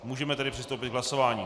Můžeme tedy přistoupit k hlasování.